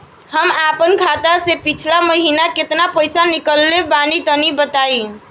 हम आपन खाता से पिछला महीना केतना पईसा निकलने बानि तनि बताईं?